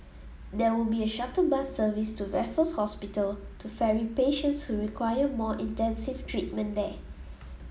there will be a shuttle bus service to Raffles Hospital to ferry patients who require more intensive treatment there